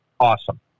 Awesome